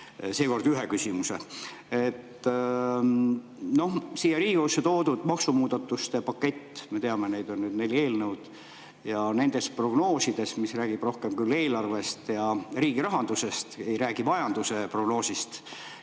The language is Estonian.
Seekord ühe küsimuse. Siia Riigikogusse on toodud maksumuudatuste pakett. Me teame, neid on nüüd neli eelnõu. Nendest prognoosidest, mis räägivad rohkem küll eelarvest ja riigi rahandusest, mitte ei räägi majanduse prognoosist